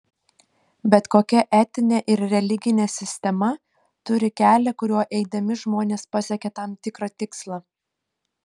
bet kokia etinė ir religinė sistema turi kelią kuriuo eidami žmonės pasiekia tam tikrą tikslą